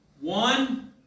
One